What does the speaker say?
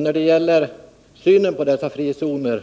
När det gäller synen på frizonerna